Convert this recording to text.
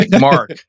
mark